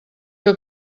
que